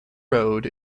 road